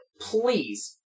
please